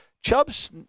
Chubb's